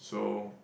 so